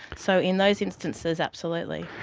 so in those instances, absolutely.